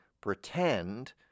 pretend